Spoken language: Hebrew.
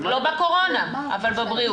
לא בקורונה, אבל בבריאות.